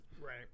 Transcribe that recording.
right